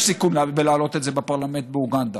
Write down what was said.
סיכון בלהעלות את זה בפרלמנט באוגנדה,